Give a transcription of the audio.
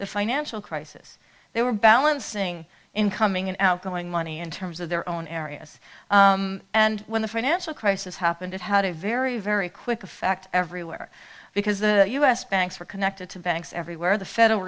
the financial crisis they were balancing incoming and outgoing money in terms of their own areas and when the financial crisis happened it how to very very quick effect everywhere because the u s banks were connected to banks everywhere the federal